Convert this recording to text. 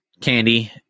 candy